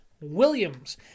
Williams